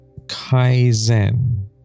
kaizen